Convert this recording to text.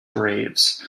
graves